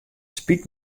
spyt